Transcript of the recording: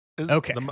Okay